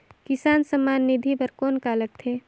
किसान सम्मान निधि बर कौन का लगथे?